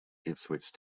ipswich